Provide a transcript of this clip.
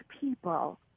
people